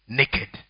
naked